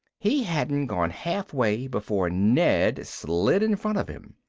he hadn't gone halfway before ned slid in front of him.